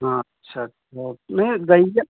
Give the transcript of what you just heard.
हाँ अच्छा अच्छा नहीं गैया